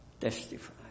testify